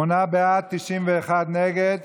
שמונה בעד, 91 נגד.